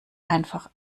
einfach